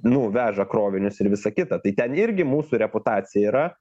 nu veža krovinius ir visa kita tai ten irgi mūsų reputacija yra